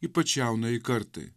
ypač jaunajai kartai